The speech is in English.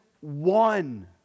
one